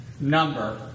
number